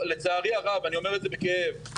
לצערי הרב, אני אומר את זה כי התחושה